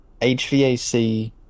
HVAC